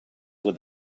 with